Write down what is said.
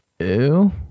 ew